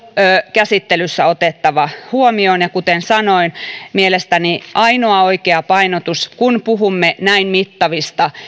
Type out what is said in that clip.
käsittelyssä otettava huomioon ja kuten sanoin lakia uudistettaessa mielestäni ainoa oikea painotus kun puhumme näin mittavista